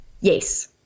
Yes